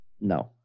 No